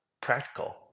practical